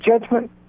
judgment